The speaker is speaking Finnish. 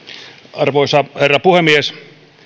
arvoisa herra puhemies